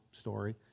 story